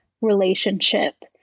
relationship